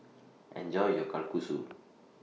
Enjoy your Kalguksu